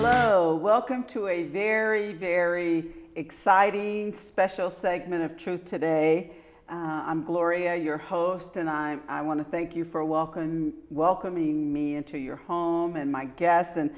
leno welcome to a very very exciting special segment of truth today i'm gloria your host and i want to thank you for a walk and welcoming me into your home and my guest and